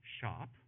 shop